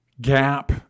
gap